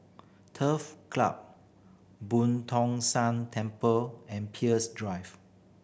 Turf Club Boon Tong San Temple and Peirce Drive